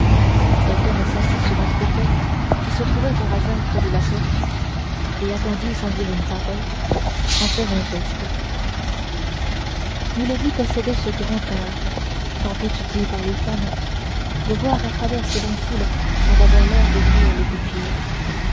felton s'assit sur un fauteuil qui se trouvait par hasard près de la porte et attendit sans dire une parole sans faire un geste milady possédait ce grand art tant étudié par les femmes de voir à travers ses longs cils sans avoir l'air d'ouvrir les paupières